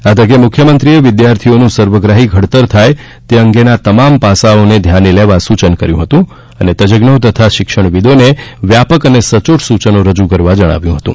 આ તકે મુખ્યમંત્રીએ વિદ્યાર્થીઓનું સર્વગ્રાહી ઘડતર થાય તે અંગેના તમામ પાસાઓને ધ્યાને લેવા સૂચન કર્યું હતું અને તજજો તથા શિક્ષણવિદોને વ્યાપક અને સચોટ સૂચનો રજૂ કરવા જણાવ્યું હતું